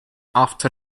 after